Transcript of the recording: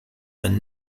and